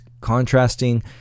contrasting